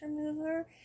remover